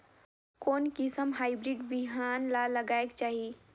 कोन किसम हाईब्रिड बिहान ला लगायेक चाही?